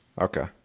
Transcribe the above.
Okay